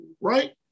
right